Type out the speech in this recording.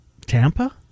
Tampa